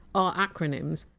are acronyms.